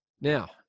Now